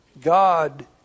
God